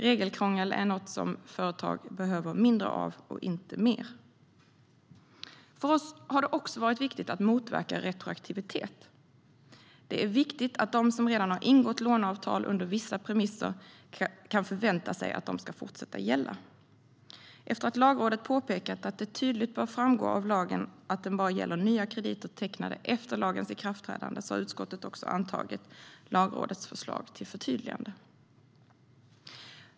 Regelkrångel är något som företag behöver mindre av och inte mer. För oss har det också varit viktigt att motverka retroaktivitet. Det är viktigt att de som redan har ingått låneavtal på vissa premisser kan förvänta sig att de ska fortsätta att gälla. Efter att Lagrådet påpekat att det tydligt bör framgå av lagen att den bara gäller nya krediter tecknade efter lagens ikraftträdande har utskottet antagit Lagrådets förslag till förtydligande.